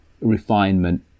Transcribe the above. refinement